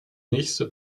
nächste